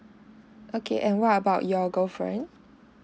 okay and what about your girlfriend